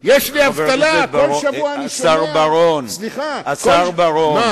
יש לי אבטלה, כל שבוע אני שומע, השר בר-און,